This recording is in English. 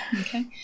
Okay